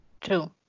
True